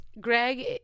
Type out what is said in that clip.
Greg